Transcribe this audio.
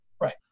Right